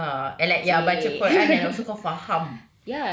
oh ya and like baca quran and also kau faham